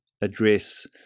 address